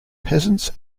peasants